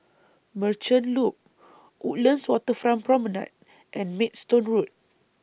Merchant Loop Woodlands Waterfront Promenade and Maidstone Road